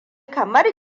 kamar